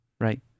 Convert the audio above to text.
right